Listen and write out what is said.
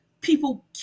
people